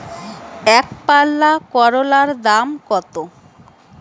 একপাল্লা করলার দাম কত?